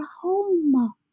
home